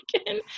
again